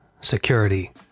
security